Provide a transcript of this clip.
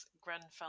Grenfell